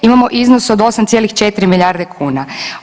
Imamo iznos od 8,4 milijarde kuna.